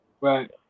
Right